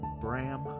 Bram